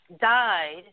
died